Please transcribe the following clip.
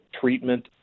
treatment